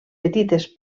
petites